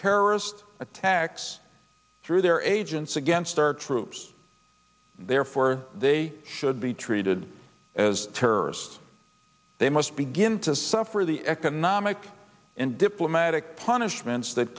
terrorist attacks through their agents against our troops therefore they should be treated as terrorists they must begin to suffer the economic and diplomatic punishments th